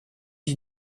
you